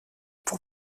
pour